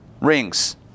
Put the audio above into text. Rings